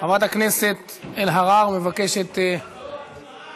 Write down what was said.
חברת הכנסת אלהרר מבקשת, לא,